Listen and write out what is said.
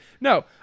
No